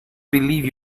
believe